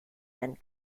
and